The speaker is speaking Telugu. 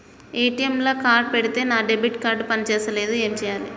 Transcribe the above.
ఏ.టి.ఎమ్ లా కార్డ్ పెడితే నా డెబిట్ కార్డ్ పని చేస్తలేదు ఏం చేయాలే?